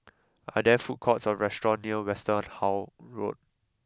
are there food courts or restaurants near Westerhout Road